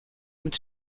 mit